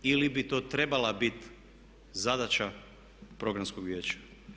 Ili bi to trebala biti zadaća programskog vijeća.